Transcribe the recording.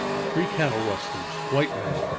three cattle rustlers, white men,